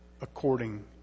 according